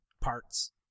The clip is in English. parts